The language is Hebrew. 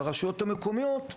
לרשויות המקומיות,